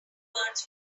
words